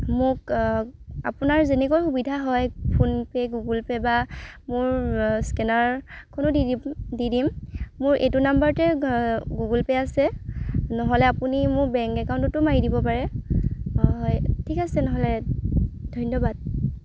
মোক আপোনাৰ যেনেকৈ সুবিধা হয় ফোনপে' গুগলপে' বা মোৰ স্কেনাৰখনো দি দিম দি দিম মোৰ এইটো নাম্বাৰতে গুগলপে' আছে নহ'লে আপুনি মোক বেংক একাউণ্টটোতো মাৰি দিব পাৰে অঁ হয় ঠিক আছে নহ'লে ধন্যবাদ